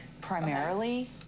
primarily